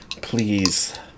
Please